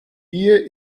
ehe